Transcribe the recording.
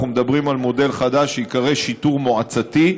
מדברים על מודל חדש שייקרא שיטור מועצתי,